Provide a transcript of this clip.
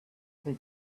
they